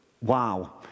wow